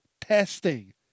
testing